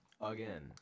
Again